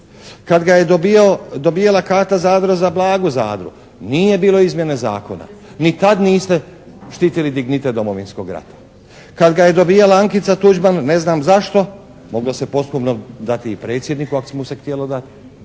Kad ga je dobijala Kata Zadro za Blagu Zadru nije bilo izmjene zakona. Ni tad niste štitili dignitet Domovinskog rata. Kad ga je dobijala Ankica Tuđman ne znam zašto, moglo se …/Govornik se ne razumije./… dati i predsjedniku ako mu se htjelo dati.